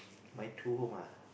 my true home ah